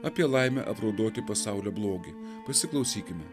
apie laimę apraudoti pasaulio blogį pasiklausykime